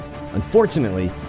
unfortunately